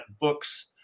books